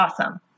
awesome